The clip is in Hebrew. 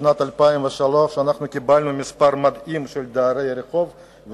בשנת 2003 קיבלנו מספר מדהים של דרי רחוב,